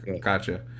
Gotcha